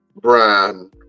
Brian